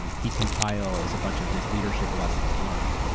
and he compiles a bunch of his leadership lessons learned.